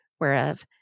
whereof